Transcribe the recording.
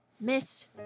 miss